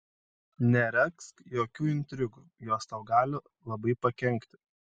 neregzk jokių intrigų jos tau gali labai pakenkti